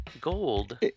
Gold